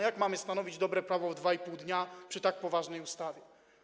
Jak mamy stanowić dobre prawo w 2,5 dnia przy tak poważnej ustawie?